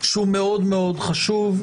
שהוא מאוד-מאוד חשוב,